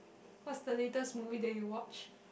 what's the latest movie that you watched